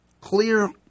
clear